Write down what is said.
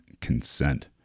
consent